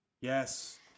Yes